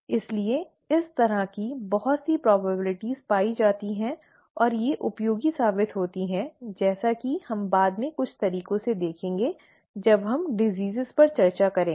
इसलिए इस तरह की बहुत सी संभावनाएं पाई जाती हैं और वे उपयोगी साबित होती हैं जैसा कि हम बाद में कुछ तरीकों से देखेंगे जब हम बीमारियों पर चर्चा करेंगे